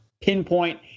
pinpoint